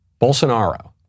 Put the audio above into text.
Bolsonaro